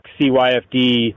CYFD